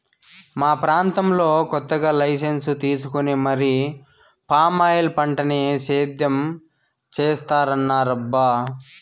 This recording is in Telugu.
మా ప్రాంతంలో కొత్తగా లైసెన్సు తీసుకొని మరీ పామాయిల్ పంటని సేద్యం చేత్తన్నారబ్బా